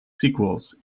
sequels